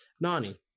Nani